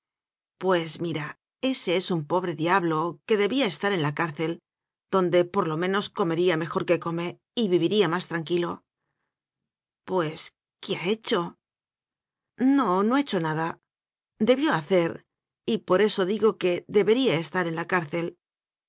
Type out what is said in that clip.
pues mira ese es un pobre diablo que debía estar en la cárcel donde por lo menos comería mejor que come y viviría más tran quilo pues qué ha hecho no no ha hecho nada debió hacer y por eso digo que debería estar en la cárcel